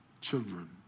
children